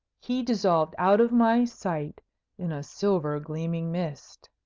he dissolved out of my sight in a silver gleaming mist.